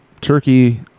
Turkey